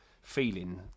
feeling